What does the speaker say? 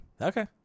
Okay